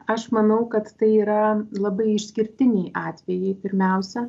aš manau kad tai yra labai išskirtiniai atvejai pirmiausia